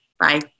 Bye